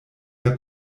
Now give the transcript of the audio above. der